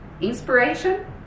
inspiration